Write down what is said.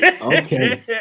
Okay